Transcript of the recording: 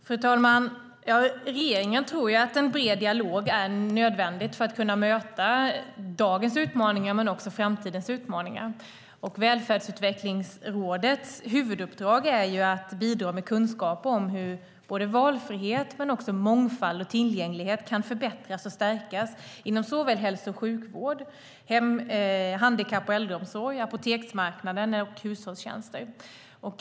Fru talman! Regeringen tror att en bred dialog är nödvändig för att kunna möta dagens, men också framtidens, utmaningar. Välfärdsutvecklingsrådets huvuduppdrag är att bidra med kunskaper om hur valfrihet, mångfald och tillgänglighet kan förbättras och stärkas inom såväl hälso och sjukvård, handikapp och äldreomsorg, apoteksmarknad som hushållstjänster.